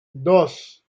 dos